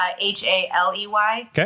H-A-L-E-Y